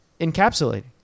encapsulating